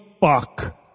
fuck